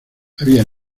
había